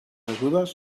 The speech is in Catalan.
ajudes